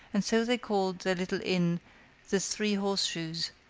and so they called their little inn the three horse shoes,